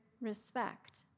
respect